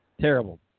Terrible